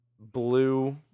blue